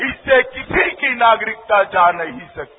इससे किसी की नागरिकता जा नहीं सकती